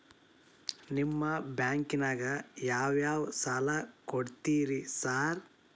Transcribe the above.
ನಿಮ್ಮ ಬ್ಯಾಂಕಿನಾಗ ಯಾವ್ಯಾವ ಸಾಲ ಕೊಡ್ತೇರಿ ಸಾರ್?